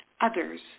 others